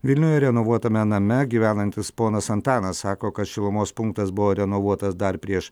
vilniuje renovuotame name gyvenantis ponas antanas sako kad šilumos punktas buvo renovuotas dar prieš